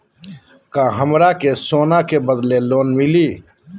का हमरा के सोना के बदले लोन मिलि?